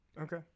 Okay